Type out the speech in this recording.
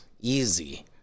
easy